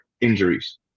injuries